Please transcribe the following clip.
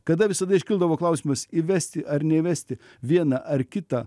kada visada iškildavo klausimas įvesti ar neįvesti vieną ar kitą